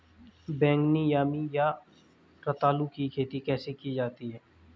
बैगनी यामी या रतालू की खेती कैसे की जाती है?